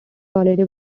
holiday